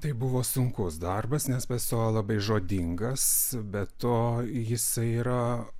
tai buvo sunkus darbas nes peso labai žodingas be to jisai yra